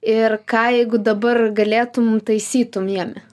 ir ką jeigu dabar galėtum taisytum jame